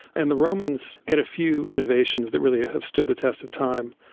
and the romans had a few innovations that really ah have stood the test of time.